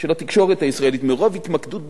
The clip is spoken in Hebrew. של התקשורת לישראל, מרוב התמקדות בתהליך: